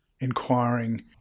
inquiring